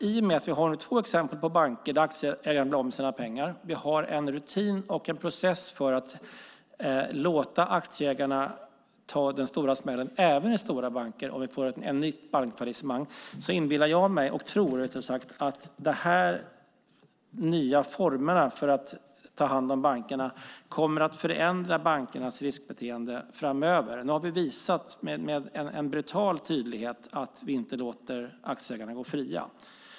I och med att vi har de två exemplen på banker där aktieägarna placerade om sina pengar och vi har en rutin och en process för att låta aktieägarna ta den stora smällen, även i stora banker, om vi får ett nytt bankfallissemang, tror jag att de nya formerna för att ta hand om bankerna kommer att förändra bankernas riskbeteende framöver. Nu har vi visat med en brutal tydlighet att vi inte låter aktieägarna gå fria.